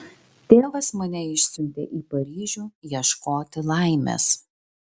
tėvas mane išsiuntė į paryžių ieškoti laimės